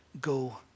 go